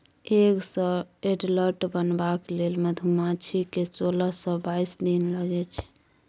egg सँ adult बनबाक लेल मधुमाछी केँ सोलह सँ बाइस दिन लगै छै